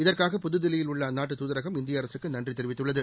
இதற்காக புதுதில்லியில் உள்ள அந்நாட்டு தூதரகம் இந்திய அரசுக்கு நன்றி தெரிவித்துள்ளது